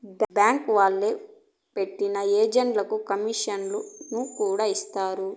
bank వాళ్లే పెట్టిన ఏజెంట్లకు కమీషన్లను కూడా ఇత్తారు